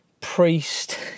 Priest